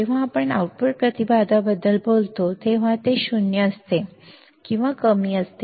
जेव्हा आपण आउटपुट प्रतिबाधाबद्दल बोलतो तेव्हा ते 0 असते किंवा ते कमी असते